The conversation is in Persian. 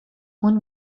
اون